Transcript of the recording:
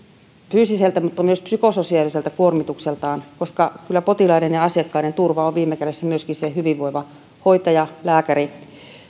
fyysiseltä kuin myös psykososiaaliselta kuormitukseltaan koska kyllä potilaiden ja asiakkaiden turva on viime kädessä se hyvinvoiva hoitaja lääkäri